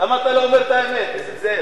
למה אתה לא אומר את האמת, נסים זאב?